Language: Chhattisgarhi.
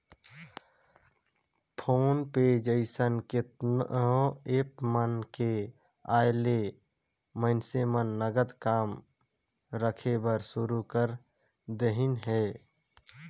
फोन पे जइसन केतनो ऐप मन के आयले मइनसे मन नगद कम रखे बर सुरू कर देहिन हे